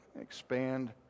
expand